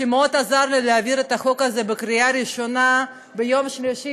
שמאוד עזר לי להעביר את החוק הזה בקריאה ראשונה ביום שלישי,